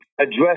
address